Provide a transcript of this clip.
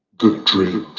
the dream.